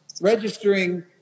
registering